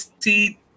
see